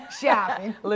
shopping